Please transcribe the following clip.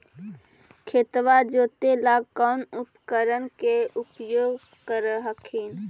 खेतबा जोते ला कौन उपकरण के उपयोग कर हखिन?